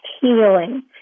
healing